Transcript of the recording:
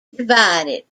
divided